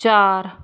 ਚਾਰ